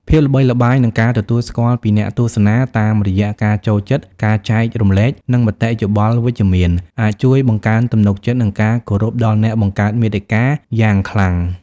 ភាពល្បីល្បាញ និងការទទួលស្គាល់ពីអ្នកទស្សនា តាមរយៈការចូលចិត្ត ការចែករំលែក និងមតិយោបល់វិជ្ជមាន អាចជួយបង្កើនទំនុកចិត្ត និងការគោរពដល់អ្នកបង្កើតមាតិកាយ៉ាងខ្លាំង។